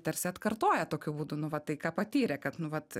tarsi atkartoja tokiu būdu nu va tai ką patyrė kad nu vat